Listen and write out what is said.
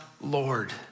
Lord